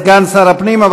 תודה לסגן שר הפנים.